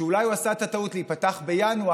שאולי הוא עשה את הטעות להיפתח בינואר